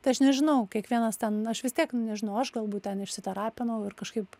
tai aš nežinau kiekvienas ten aš vis tiek nu nežinau aš galbūt ten išsiterapinau ir kažkaip